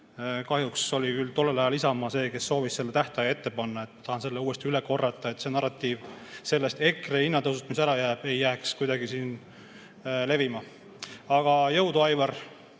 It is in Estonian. Kahjuks oli tollel ajal Isamaa see, kes soovis selle tähtaja ette panna. Tahan selle uuesti üle korrata, et see narratiiv sellest EKRE hinnatõusust, mis ära jääb, ei jääks kuidagi siin levima. Aga jõudu, Aivar,